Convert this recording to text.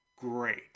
great